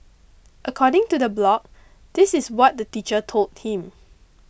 according to the blog this is what the teacher told him